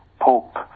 Pope